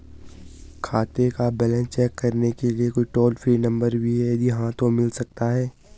खाते का balance check करने के लिए कोई टॉल फ्री नम्बर भी है यदि हाँ तो मिल सकता है?